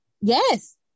yes